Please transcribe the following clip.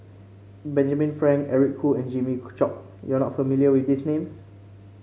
Benjamin Frank Eric Khoo and Jimmy Chok you are not familiar with these names